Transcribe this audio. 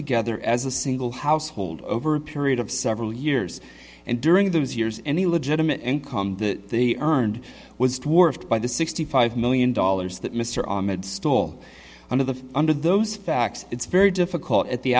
together as a single household over a period of several years and during those years any legitimate income that they earned was dwarfed by the sixty five million dollars that mr ahmed stole under the under those facts it's very difficult at the